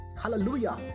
Hallelujah